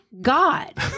God